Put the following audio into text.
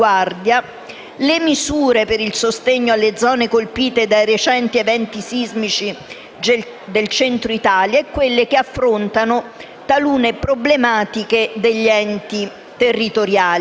le misure per il sostegno alle zone colpite dai recenti eventi sismici del Centro Italia e quelle che affrontano taluni problematiche degli enti territoriali.